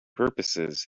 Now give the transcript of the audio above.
purposes